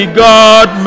god